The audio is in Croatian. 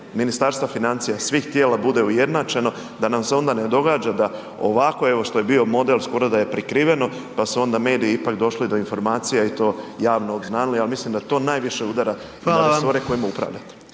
ministarstva financija i svih tijela bude ujednačeno da nam se onda ne događa da ovako evo, što je bio model skoro da je prikriveno, pa su onda mediji ipak došli do informacija i to javno obznanili, ali mislim da to najviše udara na resore .../Upadica